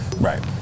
Right